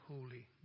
Holy